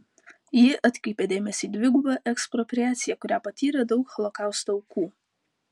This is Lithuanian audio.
ji atkreipė dėmesį į dvigubą ekspropriaciją kurią patyrė daug holokausto aukų